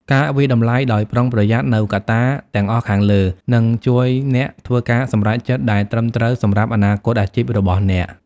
ការវាយតម្លៃដោយប្រុងប្រយ័ត្ននូវកត្តាទាំងអស់ខាងលើនឹងជួយអ្នកធ្វើការសម្រេចចិត្តដែលត្រឹមត្រូវសម្រាប់អនាគតអាជីពរបស់អ្នក។